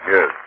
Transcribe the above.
Yes